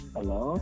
Hello